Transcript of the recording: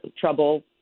trouble